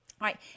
right